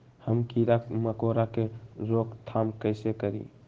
हम किरा मकोरा के रोक थाम कईसे करी?